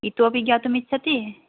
इतोऽपि ज्ञातुम् इच्छति